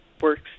Work's